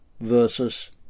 versus